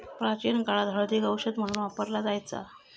प्राचीन काळात हळदीक औषध म्हणून वापरला जायचा